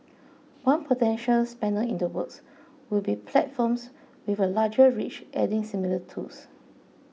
one potential spanner in the works would be platforms with a larger reach adding similar tools